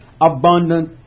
abundant